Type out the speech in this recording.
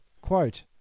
quote